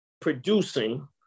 producing